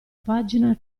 pagina